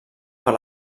per